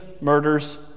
murders